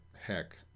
heck